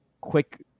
quick